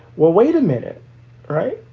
wait a minute. all right.